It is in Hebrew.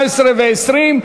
19 ו-20,